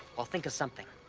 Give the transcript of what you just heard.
i'll think of something.